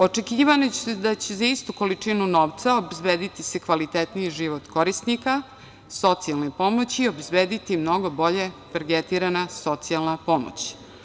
Očekivanja su da će se za istu količinu novca obezbediti kvalitetniji život korisnika socijalne pomoći i obezbediti mnogo bolje targetirana socijalna pomoć.